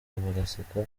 bagaseka